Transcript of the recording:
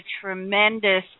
tremendous